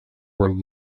were